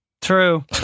True